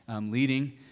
leading